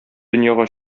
дөньяга